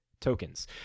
tokens